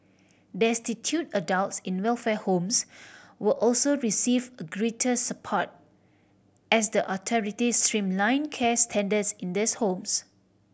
destitute adults in welfare homes will also receive a greater support as the authorities streamline care standards in these homes